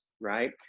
right